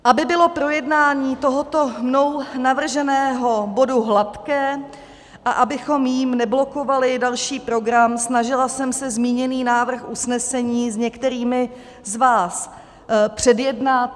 Aby bylo projednání tohoto mnou navrženého bodu hladké a abychom jím neblokovali další program, snažila jsem se zmíněný návrh usnesení s některými z vás předjednat.